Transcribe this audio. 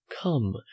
come